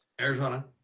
Arizona